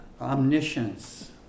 omniscience